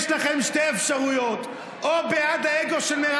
יש לכם שתי אפשרויות: או בעד האגו של מרב